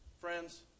Friends